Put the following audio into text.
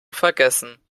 vergessen